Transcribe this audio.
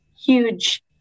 huge